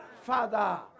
Father